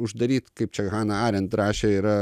uždaryt kaip čia hannah arendt rašė yra